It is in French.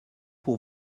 pour